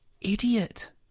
idiot